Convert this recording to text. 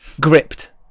Gripped